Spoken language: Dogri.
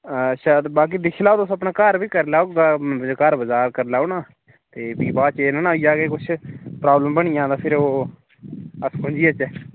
अच्छा ते बाकी दिक्खी लैओ तुस अपना घर भी करी लैओ ब घर वचार करी लैओ ना ते भी बाद च एह् निं ना होई जा कि किश प्राब्लम बनी जा ते फिर ओह् अस खुंझी जाह्चै